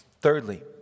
Thirdly